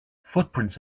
footprints